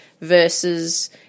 versus